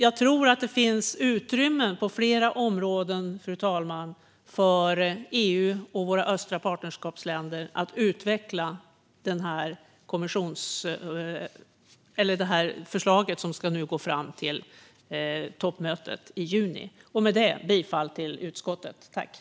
Jag tror att det finns utrymme på flera områden, fru talman, för EU och våra östra partnerskapsländer att utveckla det förslag som nu ska till toppmötet i juni. Med detta yrkar jag bifall till utskottets förslag.